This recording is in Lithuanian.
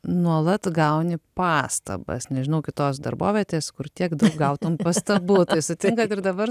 nuolat gauni pastabas nežinau kitos darbovietės kur tiek daug gautum pastabų sutinkat ir dabar